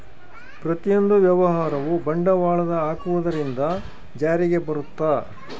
ಪ್ರತಿಯೊಂದು ವ್ಯವಹಾರವು ಬಂಡವಾಳದ ಹಾಕುವುದರಿಂದ ಜಾರಿಗೆ ಬರುತ್ತ